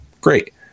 Great